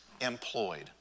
employed